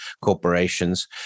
corporations